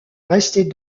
restait